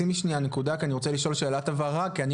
שימי שנייה נקודה כי אני רוצה לשאול שאלת הבהרה כי אני